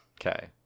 okay